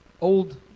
old